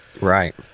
Right